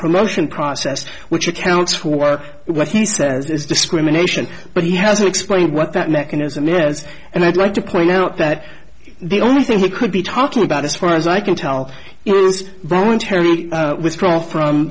promotion process which accounts for what he says is discrimination but he hasn't explained what that mechanism is and i'd like to point out that the only thing we could be talking about as far as i can tell bronwyn terry withdraw from